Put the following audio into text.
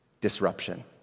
disruption